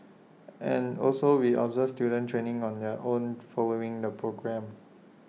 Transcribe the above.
and also we observe students training on their own following the programme